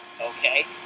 Okay